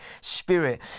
spirit